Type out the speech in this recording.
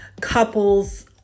couples